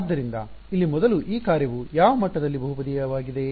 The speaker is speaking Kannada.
ಆದ್ದರಿಂದ ಇಲ್ಲಿ ಮೊದಲು ಈ ಕಾರ್ಯವು ಯಾವ ಮಟ್ಟದಲ್ಲಿ ಬಹುಪದೀಯವಾಗಿದೆ